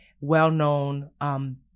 well-known